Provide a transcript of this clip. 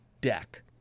deck